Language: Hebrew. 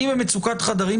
אני במצוקת חדרים,